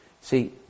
See